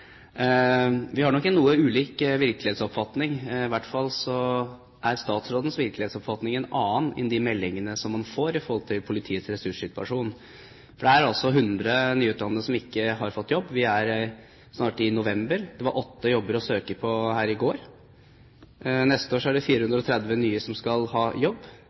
Vi har nok en noe ulik virkelighetsoppfatning. I hvert fall er statsrådens virkelighetsoppfatning en annen enn de meldingene som man får med hensyn til politiets ressurssituasjon. For det er altså 100 nyutdannede som ikke har fått jobb. Vi er snart i november; det var åtte jobber å søke på her i går. Neste år er det 430 nye som skal ha jobb.